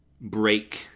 break